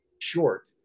short